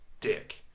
dick